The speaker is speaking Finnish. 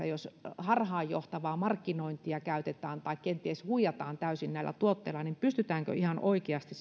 jos harhaanjohtavaa markkinointia käytetään tai kenties huijataan täysin näillä tuotteilla niin pystytäänkö tällaisissa kaupallisissa tilanteissa ihan oikeasti